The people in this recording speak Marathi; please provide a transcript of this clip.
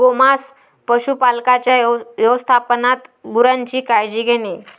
गोमांस पशुपालकांच्या व्यवस्थापनात गुरांची काळजी घेणे